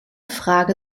frage